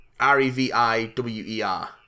r-e-v-i-w-e-r